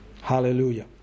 Hallelujah